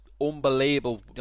unbelievable